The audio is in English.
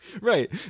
Right